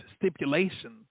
stipulation